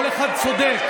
כל אחד צודק,